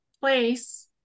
place